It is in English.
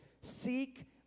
seek